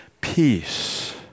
peace